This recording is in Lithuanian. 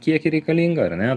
kiekį reikalinga ar ne